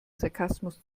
sarkasmus